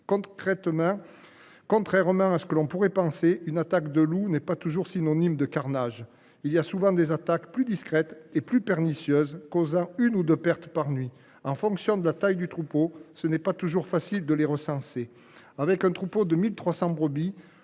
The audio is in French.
prédation. Contrairement à ce que l’on pourrait penser, une attaque de loup n’est pas toujours synonyme de carnage. Il est souvent des attaques qui, plus discrètes et plus pernicieuses, ne causent qu’une ou deux pertes par nuit. En fonction de la taille du troupeau, il n’est pas toujours facile de les recenser. Le groupement pastoral